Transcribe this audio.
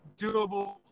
doable